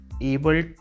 able